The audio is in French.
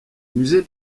musée